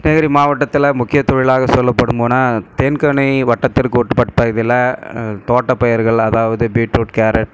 கிருஷ்ணகிரி மாவட்டத்தில் முக்கிய தொழிலாக சொல்லப்படும்னால் தென்கருணை வட்டத்திற்கு உட்பட்ட இதில் தோட்டப்பயிர்கள் அதாவது பீட்ரூட் கேரட்